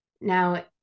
Now